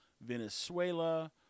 Venezuela